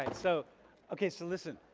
and so okay, so listen,